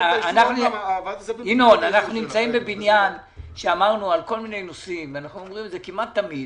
על כל מיני נושאים ואנחנו אומרים את זה כמעט תמיד